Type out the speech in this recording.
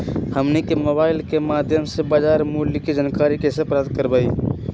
हमनी के मोबाइल के माध्यम से बाजार मूल्य के जानकारी कैसे प्राप्त करवाई?